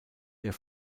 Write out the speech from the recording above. der